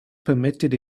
permitted